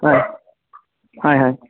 হয় হয় হয়